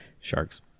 sharks